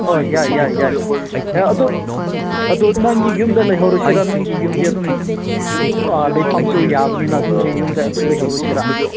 ꯑꯥ ꯌꯥꯏ ꯌꯥꯏ ꯌꯥꯏ ꯑꯗꯨ ꯑꯗꯨ ꯅꯪꯒꯤ ꯌꯨꯝꯗ ꯂꯩꯍꯧꯔꯤꯁꯤꯔꯥ ꯅꯪꯒꯤ ꯌꯨꯝꯗꯤ ꯑꯗꯨꯝ ꯑꯥ ꯂꯩꯐꯝꯁꯨ ꯌꯥꯕꯅꯤꯅ ꯑꯗꯨꯝ ꯅꯣꯏꯒꯤ ꯌꯨꯝꯗ ꯑꯗꯨꯝ ꯂꯩꯍꯧꯔꯁꯤꯔꯥ